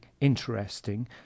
interesting